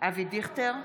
אבי דיכטר,